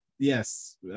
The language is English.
Yes